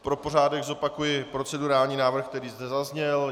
Pro pořádek zopakuji procedurální návrh, který zde zazněl.